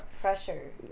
pressure